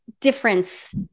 difference